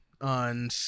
on